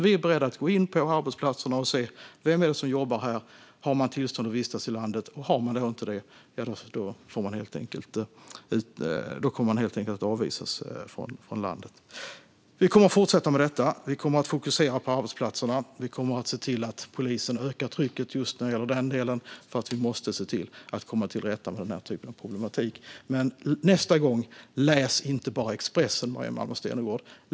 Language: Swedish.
Vi är beredda att gå in på arbetsplatserna och se vem som jobbar där och om man har tillstånd att vistas i landet. Om man inte har det kommer man helt enkelt att avvisas från landet. Vi kommer att fortsätta med detta. Vi kommer att fokusera på arbetsplatserna. Vi kommer att se till att polisen ökar trycket i just delen, eftersom vi måste komma till rätta med den typen av problematik. Läs inte bara Expressen nästa gång, Maria Malmer Stenergard!